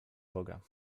boga